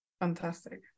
fantastic